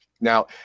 Now